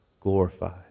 glorified